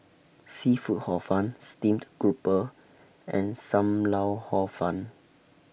Seafood Hor Fun Steamed Grouper and SAM Lau Hor Fun